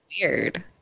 weird